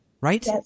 right